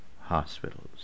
hospitals